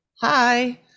hi